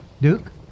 Duke